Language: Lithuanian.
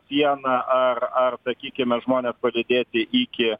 siena ar ar sakykime žmonės palydėti iki